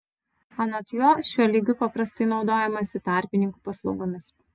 anot jo šiuo lygiu paprastai naudojamasi tarpininkų paslaugomis